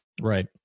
Right